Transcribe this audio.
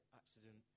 accident